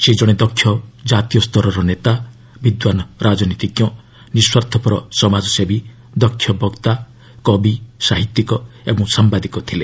ସେ ଜଣେ ଦକ୍ଷ ଜାତୀୟ ସ୍ତରର ନେତା ବିଦ୍ୱାନ ରାଜନୀତିଜ୍ଞ ନିଶ୍ୱାର୍ଥପର ସମାଜସେବୀ ଦକ୍ଷବକ୍ତା କବି ସାହିତ୍ୟିକ ଏବଂ ସାୟାଦିକ ଥିଲେ